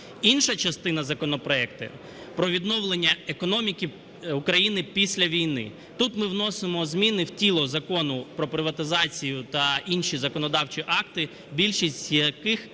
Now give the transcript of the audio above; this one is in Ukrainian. Інша частина законопроекту - про відновлення економіки України після війни. Тут ми вносимо зміни в тіло Закону про приватизацію та інші законодавчі акти, більшість з яких націлені